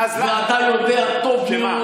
ואתה יודע טוב מאוד,